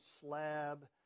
slab